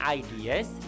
ideas